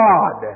God